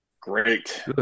Great